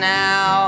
now